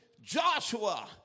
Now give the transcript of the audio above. Joshua